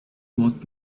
what